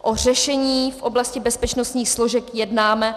O řešení v oblasti bezpečnostních složek jednáme.